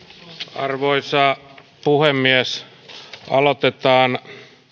arvoisa puhemies aloitetaan